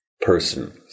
person